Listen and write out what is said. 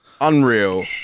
unreal